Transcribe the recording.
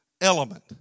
element